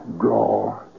draw